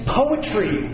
poetry